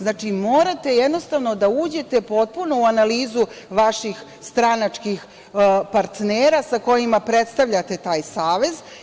Znači, morate jednostavno da uđete potpuno u analizu vaših stranačkih partnera sa kojima predstavljate taj savez.